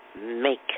make